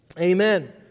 Amen